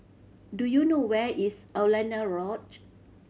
do you know where is Alaunia Lodge